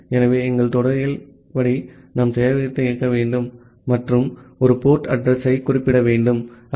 ஆகவே அனுப்புநரால் திருப்பித் தரப்படும் வடிவத்தில் தரவைப் பெறுகிறோம் இங்கே ஒரு தற்காலிக எழுத்துக்குறி இடையகத்தை அறிவித்துள்ளோம்